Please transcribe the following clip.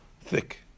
thick